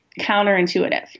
counterintuitive